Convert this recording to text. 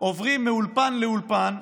עוברים מאולפן לאולפן,